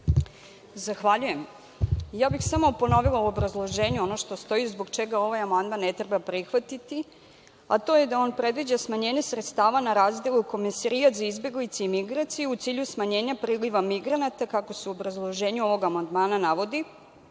Zahvaljujem. Samo bih ponovila u obrazloženju ono što stoji zbog čega ovaj amandman ne treba prihvatiti, a to je da on predviđa smanjenje sredstava na razdelu Komesarijat za izbeglice i migracije, u cilju smanjenja priliva migranata. Kako se u obrazloženju ovog amandmana navodi,